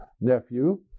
nephew